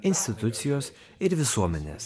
institucijos ir visuomenės